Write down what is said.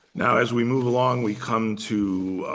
now, as we move along, we come to